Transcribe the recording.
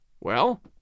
Well